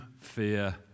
fear